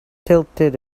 tilted